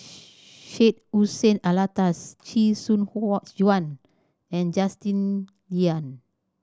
Syed Hussein Alatas Chee Soon Juan and Justin Lean